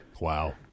Wow